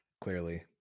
clearly